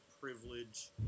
privilege